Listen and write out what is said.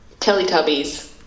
Teletubbies